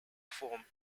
form